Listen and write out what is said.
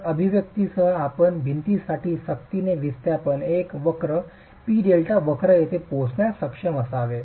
तर अभिव्यक्तीसह आपण भिंतीसाठीच सक्तीने विस्थापन वक्र P delta वक्र येथे पोहोचण्यास सक्षम असावे